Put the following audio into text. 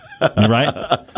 Right